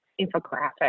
infographic